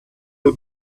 him